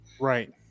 Right